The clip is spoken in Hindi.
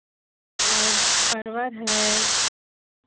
और परवल है